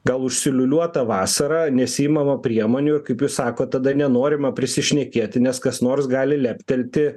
gal užsiliūliuota vasarą nesiimama priemonių kaip jūs sakot tada nenorima prisišnekėti nes kas nors gali leptelti